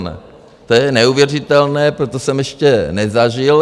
To je neuvěřitelné, toto jsem ještě nezažil.